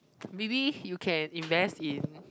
maybe you can invest in